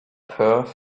perth